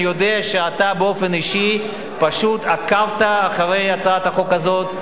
אני יודע שאתה באופן אישי עקבת אחרי הצעת החוק הזו,